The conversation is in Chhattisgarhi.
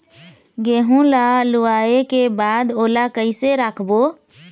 गेहूं ला लुवाऐ के बाद ओला कइसे राखबो?